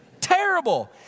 Terrible